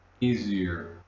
easier